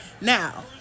Now